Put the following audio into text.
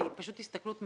היא פשוט הסתכלות מעוותת.